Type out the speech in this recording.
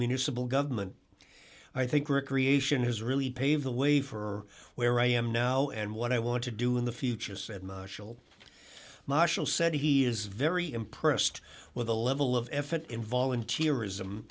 municipal government i think recreation has really paved the way for where i am now and what i want to do in the future said marshall marshall said he is very impressed with the level of effort in volunteer ism